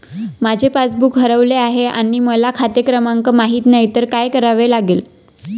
माझे पासबूक हरवले आहे आणि मला खाते क्रमांक माहित नाही तर काय करावे लागेल?